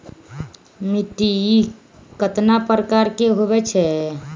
मिट्टी कतना प्रकार के होवैछे?